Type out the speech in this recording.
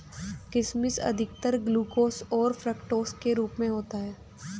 किशमिश अधिकतर ग्लूकोस और फ़्रूक्टोस के रूप में होता है